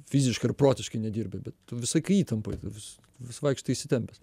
fiziškai ir protiškai nedirbi bet visą laiką įtampoj vis vis vaikštai įsitempęs